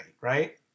right